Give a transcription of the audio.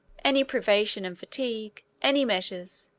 any privation and fatigue, any measures,